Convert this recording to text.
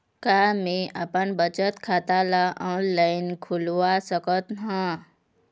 का मैं अपन बचत खाता ला ऑनलाइन खोलवा सकत ह?